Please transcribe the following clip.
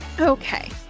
Okay